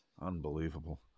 Unbelievable